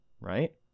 Right